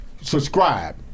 Subscribe